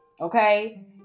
okay